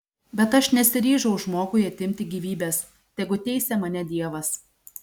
bet aš nesiryžau žmogui atimti gyvybės tegu teisia mane dievas